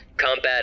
Combat